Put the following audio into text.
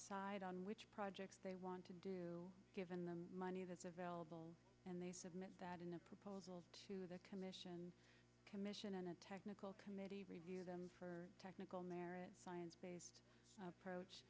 side on which projects they want to do given the money that's available and they submit that in a proposal to the commission commission and a technical committee review them for technical merit science based approach